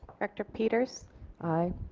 director peters aye.